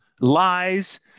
lies